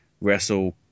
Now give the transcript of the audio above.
wrestle